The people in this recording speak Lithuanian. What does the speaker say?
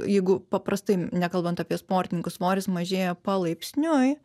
jeigu paprastai nekalbant apie sportininkus svoris mažėja palaipsniui